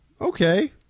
Okay